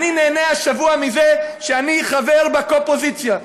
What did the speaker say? אני נהנה השבוע מזה שאני חבר בקופוזיציה,